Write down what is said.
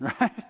Right